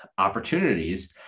opportunities